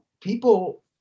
people